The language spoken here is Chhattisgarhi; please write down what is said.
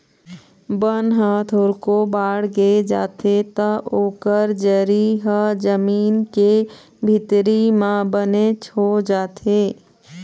बन ह थोरको बाड़गे जाथे त ओकर जरी ह जमीन के भीतरी म बनेच हो जाथे